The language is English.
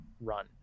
run